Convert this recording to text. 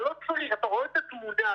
אתה רואה את התמונה,